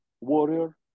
warrior